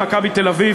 "מכבי תל-אביב",